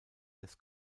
des